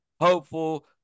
Hopeful